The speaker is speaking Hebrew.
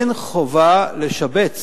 אין חובה לשבץ